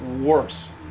worse